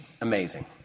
amazing